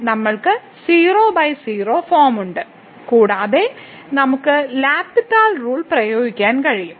നമ്മൾക്ക് 00 ഫോം ഉണ്ട് കൂടാതെ നമുക്ക് L ഹോസ്പിറ്റൽ റൂൾ പ്രയോഗിക്കാൻ കഴിയും